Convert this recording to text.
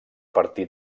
partir